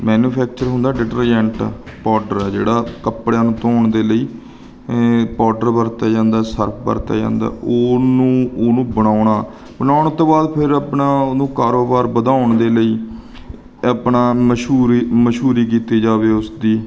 manufacture ਹੁੰਦਾ detergent powder ਆ ਜਿਹੜਾ ਕੱਪੜਿਆਂ ਨੂੰ ਧੋਣ ਦੇ ਲਈ ਪਾਊਡਰ ਵਰਤਿਆ ਜਾਂਦਾ ਸਰਫ ਵਰਤਿਆ ਜਾਂਦਾ ਉਹਨੂੰ ਉਹਨੂੰ ਬਣਾਉਣਾ ਬਣਾਉਣ ਤੋਂ ਬਾਅਦ ਫਿਰ ਆਪਣਾ ਉਹਨੂੰ ਕਾਰੋਬਾਰ ਵਧਾਉਣ ਦੇ ਲਈ ਆਪਣਾ ਮਸ਼ਹੂਰ ਮਸ਼ਹੂਰੀ ਕੀਤੇ ਜਾਵੇ ਉਸ ਦੀ